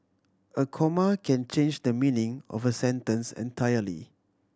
a comma can change the meaning of a sentence entirely